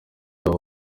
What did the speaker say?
yari